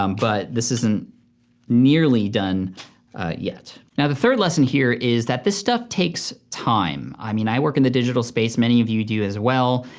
um but this isn't nearly done yet. now the third lesson here is that this stuff takes time. i mean i work in the digital space, many of you do as well,